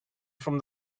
from